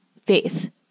faith